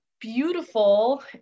beautiful